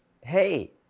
Hey